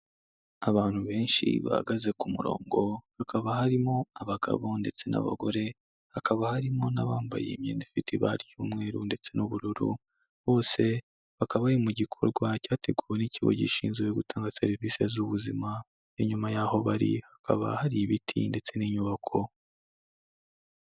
Abantu benshi bahagaze ku murongo hakaba harimo abagabo ndetse n'abagore, hakaba harimo n'abambaye imyenda ifite ibara ry'umweru ndetse n'ubururu, bose bakaba bari mu gikorwa cyateguwe n'ikigo gishinzwe gutanga serivisi z'ubuzima, nyuma y'aho bari hakaba hari ibiti ndetse n'inyubako.